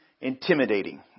intimidating